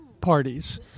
parties